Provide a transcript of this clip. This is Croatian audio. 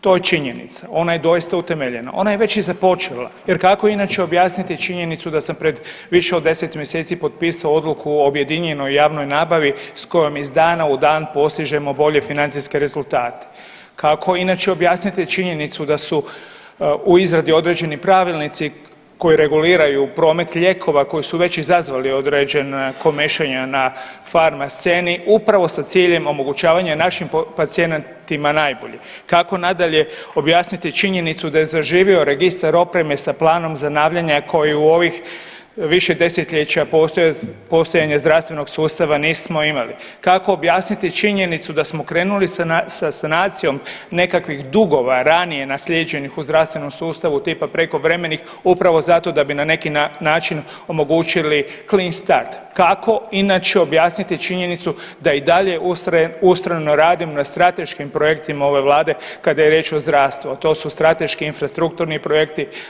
To je činjenica, ona je doista utemeljena, ona je već i započela jer kako inače objasniti činjenicu da sam pred više od 10 mjeseci potpisao odluku o objedinjenoj javnoj nabavi s kojom iz dana u dan postižemo bolje financijske rezultate, kako inače objasniti činjenicu da su u izradi određeni pravilnici koji reguliraju promet lijekova koji su već izazvali određena komešanja na farma sceni upravo sa ciljem omogućavanja našim pacijentima nadalje, kako nadalje objasniti činjenicu da je zaživio registar opreme sa planom zanavljanja koje u ovih više desetljeća postojanja zdravstvenog sustava nismo imali, kako objasniti činjenicu da smo krenuli sa sanacijom nekakvih dugova ranije naslijeđenih u zdravstvenom sustavu tipa prekovremenih upravo zato da bi na neki način omogućili clean start, kako inače objasniti činjenicu da i dalje ustrajno radim na strateškim projektima ove vlade kada je riječ o zdravstvu, a to su strateški infrastrukturni projekt.